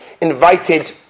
invited